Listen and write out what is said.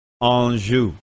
Anjou